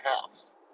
house